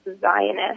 Zionist